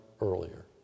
earlier